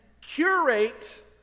curate